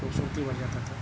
خوبصورتی بڑھ جاتا تھا